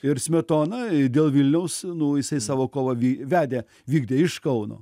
ir smetona dėl vilniaus nu jisai savo kalavi vedė vykdė iš kauno